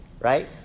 Right